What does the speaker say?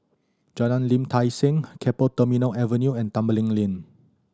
Jalan Lim Tai See Keppel Terminal Avenue and Tembeling Lane